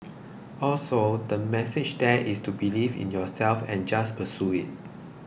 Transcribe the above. also the message there is to believe in yourself and just pursue it